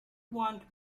want